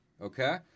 okay